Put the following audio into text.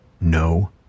No